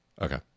Okay